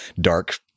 dark